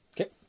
Okay